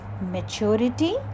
maturity